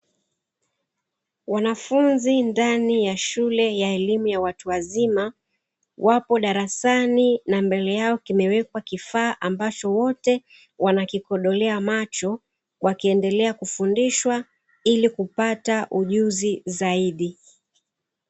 Wanafunzi ndani ya shule ya elimu ya watu wa wazima, wapo darasani na mbele yao kumewekwa kifaa ambacho wote wanakikodolea macho waki endelea kufundishwa ili kupata ujuzi zaidi.